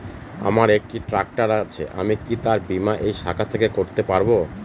আমার একটি ট্র্যাক্টর আছে আমি কি তার বীমা এই শাখা থেকে করতে পারব?